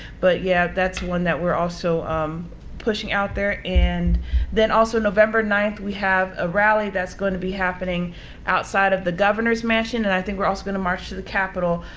but yeah, that's one that we're also um pushing out there. and then also november ninth, we have a rally that's going to be happening outside of the governor's mansion. and i think we're also going to march to the capitol.